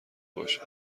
باشد